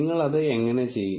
നിങ്ങൾ അത് എങ്ങനെ ചെയ്യും